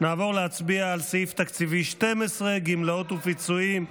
נעבור להצביע על סעיף תקציבי 12, גמלאות ופיצויים,